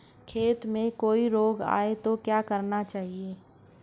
खेत में कोई रोग आये तो क्या करना चाहिए?